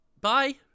Bye